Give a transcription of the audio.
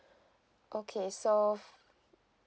okay so